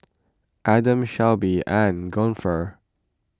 Adam Shoaib and Guntur